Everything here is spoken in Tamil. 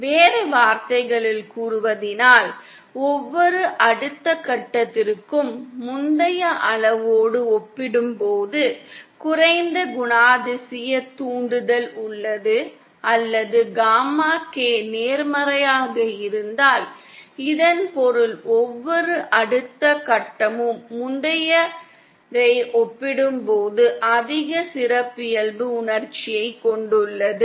வேறு வார்த்தைகளில் கூறுவதானால் ஒவ்வொரு அடுத்த கட்டத்திற்கும் முந்தைய அளவோடு ஒப்பிடும்போது குறைந்த குணாதிசய தூண்டுதல் உள்ளது அல்லது காமா K நேர்மறையாக இருந்தால் இதன் பொருள் ஒவ்வொரு அடுத்த கட்டமும் முந்தையதை ஒப்பிடும்போது அதிக சிறப்பியல்பு உணர்ச்சியைக் கொண்டுள்ளது